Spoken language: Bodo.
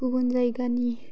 गुबुन जायगानि